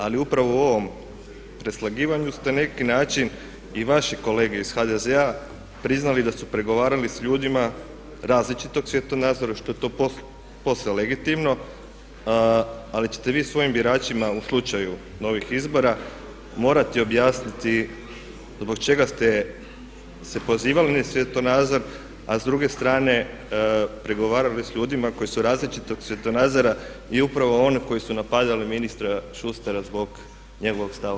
Ali upravo u ovom preslagivanju ste na neki način i vaši kolege iz HDZ-a priznali da su pregovarali s ljudima različitog svjetonazora što je to posve legitimno ali ćete vi svojim biračima u slučaju novih izbora morati objasniti zbog čega ste se pozivali na svjetonazor, a s druge strane pregovarali s ljudima koji su različitog svjetonazora i upravo oni koji su napadali ministra Šustara zbog njegovo stava o evoluciji.